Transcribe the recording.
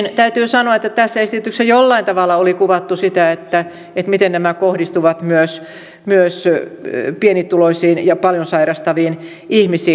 tosin täytyy sanoa että tässä esityksessä jollain tavalla oli kuvattu sitä miten nämä kohdistuvat myös pienituloisiin ja paljon sairastaviin ihmisiin